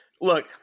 look